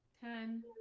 Ten